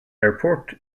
airport